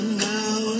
now